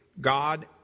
God